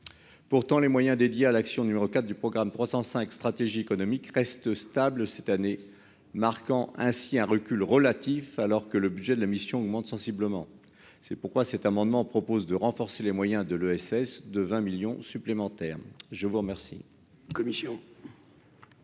pourtant les moyens dédiés à l'action, numéro 4 du programme 305 Stratégie économique reste stable cette année, marquant ainsi un recul relatif, alors que le budget de la mission augmente sensiblement, c'est pourquoi cet amendement propose de renforcer les moyens de l'ESS de 20 millions supplémentaires, je vous remercie.